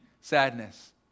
sadness